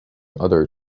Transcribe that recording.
other